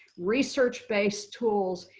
research-based tools,